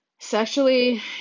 Sexually